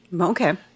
Okay